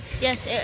yes